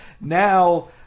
Now